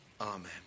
Amen